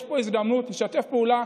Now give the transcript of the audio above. יש פה הזדמנות לשתף פעולה.